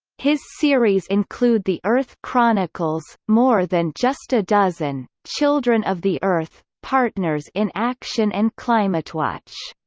his series include the earth chronicles, more than just a dozen, children of the earth, partners in action and climatewatch.